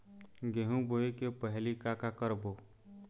गेहूं बोए के पहेली का का करबो?